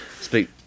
speak